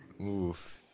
Oof